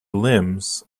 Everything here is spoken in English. limbs